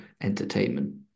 entertainment